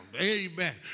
amen